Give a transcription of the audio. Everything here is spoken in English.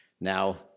Now